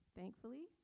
Thankfully